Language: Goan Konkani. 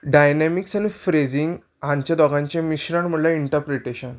डायनॅमिक्स एंड फ्रेजींग हांचे दोगांचें मिश्रण म्हणल्यार इंटप्रिटेशन